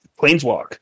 planeswalk